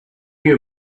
you